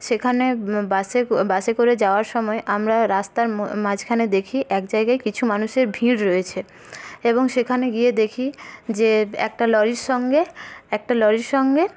সেখানে বাসে বাসে করে যাওয়ার সময় আমরা রাস্তার মাঝখানে দেখি এক জায়গায় কিছু মানুষের ভিড় রয়েছে এবং সেখানে গিয়ে দেখি যে একটা লরির সঙ্গে একটা লরির সঙ্গে